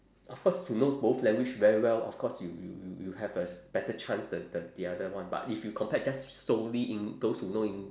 of course to know both language very well of course you you you you have a better chance than than the other one but if you compared just solely en~ those who know en~